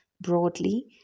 broadly